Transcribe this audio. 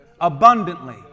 abundantly